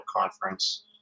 Conference